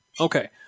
Okay